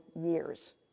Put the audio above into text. years